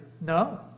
No